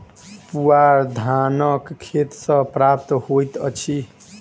पुआर धानक खेत सॅ प्राप्त होइत अछि